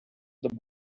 the